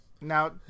now